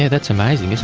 that's amazing,